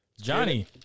Johnny